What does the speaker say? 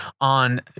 on